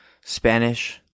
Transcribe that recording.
Spanish